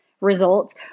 results